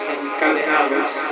encadenados